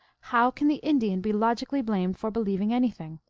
how can the indian be logically blamed for be lieving anything?